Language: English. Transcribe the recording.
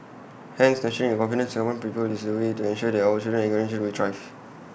hence nurturing A confidence Singaporean people is the way to ensure that our children and grandchildren will thrive